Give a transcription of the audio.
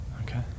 Okay